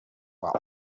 while